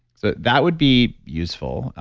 so that would be useful.